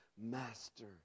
Master